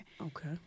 Okay